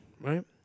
Right